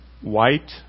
White